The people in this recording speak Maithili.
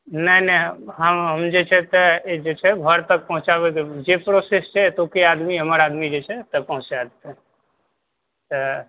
नहि नहि हम जे छै से ई जे छै घर तक पहुँचाबय के जे प्रोसेस छै एतुके आदमी हमर आदमी जे छै से पहुँचाय देतै तऽ